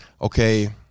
okay